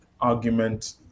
argument